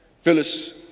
Phyllis